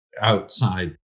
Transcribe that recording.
outside